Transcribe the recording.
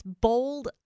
Bold